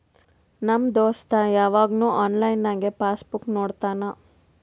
ನಮ್ ದೋಸ್ತ ಯವಾಗ್ನು ಆನ್ಲೈನ್ನಾಗೆ ಪಾಸ್ ಬುಕ್ ನೋಡ್ತಾನ